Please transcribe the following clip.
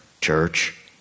church